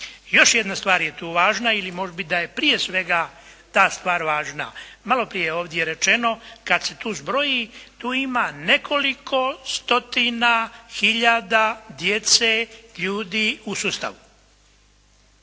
Još jedna stvar je tu važna, ili može biti da je prije svega ta stvar važna. Malo prije je ovdje rečeno, kad se tu zbroji, tu ima nekoliko stotina hiljada djece, ljudi u sustavu.